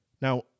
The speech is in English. Now